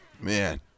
man